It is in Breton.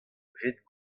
ret